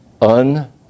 un